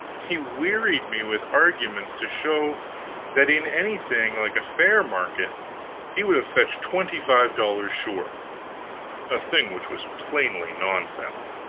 he wearied me with arguments to show that in anything like a fair market he would have fetched twenty-five dollars, sure a thing which was plainly nonsense,